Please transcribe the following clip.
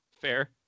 fair